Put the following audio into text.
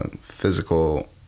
physical